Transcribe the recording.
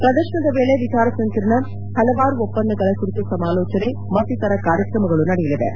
ಪ್ರದರ್ಶನದ ವೇಳೆ ವಿಚಾರ ಸಂಕಿರಣ ಪಲವಾರು ಒಪ್ಪಂದಗಳ ಕುರಿತು ಸಮಾಲೋಚನೆ ಮತ್ತಿತರ ಕಾರ್ಯಕ್ರಮಗಳು ನಡೆಯಲಿವೆ